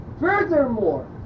Furthermore